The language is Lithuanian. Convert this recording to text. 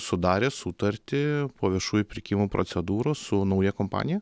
sudarė sutartį po viešųjų pirkimų procedūros su nauja kompanija